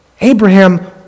Abraham